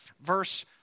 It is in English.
verse